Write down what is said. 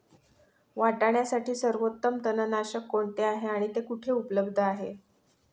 वाटाण्यासाठी सर्वोत्तम तणनाशक कोणते आहे आणि ते कुठे उपलब्ध आहे?